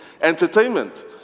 Entertainment